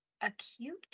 Acute